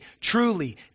truly